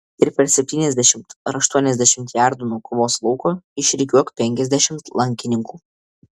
ir per septyniasdešimt ar aštuoniasdešimt jardų nuo kovos lauko išrikiuok penkiasdešimt lankininkų